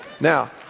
Now